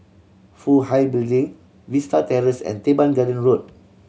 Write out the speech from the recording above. Fook Hai Building Vista Terrace and Teban Garden Road